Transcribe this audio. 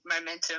momentum